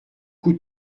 coup